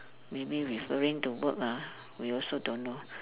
maybe referring to work ah we also don't know